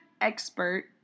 expert